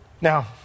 Now